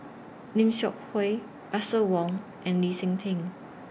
Lim Seok Hui Russel Wong and Lee Seng Tee